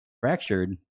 fractured